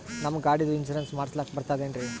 ನಮ್ಮ ಗಾಡಿದು ಇನ್ಸೂರೆನ್ಸ್ ಮಾಡಸ್ಲಾಕ ಬರ್ತದೇನ್ರಿ?